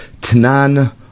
Tnan